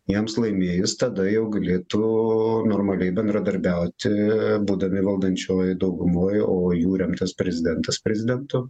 jiems laimėjus tada jau galėtų normaliai bendradarbiauti būdami valdančiojoj daugumoj o jų remtas prezidentas prezidentu